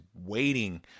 waiting